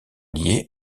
lié